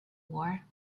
war